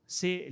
se